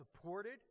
supported